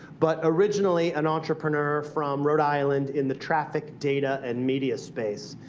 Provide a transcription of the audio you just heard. but originally an entrepreneur from rhode island in the traffic, data, and media space.